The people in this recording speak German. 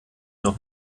noch